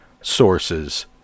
sources